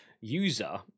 user